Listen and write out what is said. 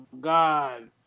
God